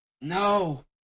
No